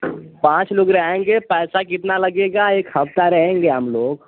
पाँच लोग रहेंगे पैसा कितना लगेगा एक हफ्ता रहेंगे हम लोग